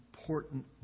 important